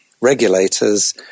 regulators